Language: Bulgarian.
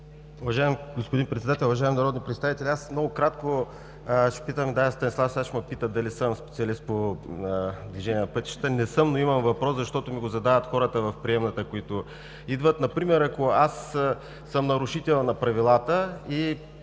Уважаеми господин Председател, уважаеми народни представители! Аз много кратко ще питам. Да, Станислав сега ще ме пита дали съм специалист по движение на пътищата. Не съм, но имам въпрос, защото ми го задават хората в приемната, които идват. Например, ако аз съм нарушителят на правилата,